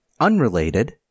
unrelated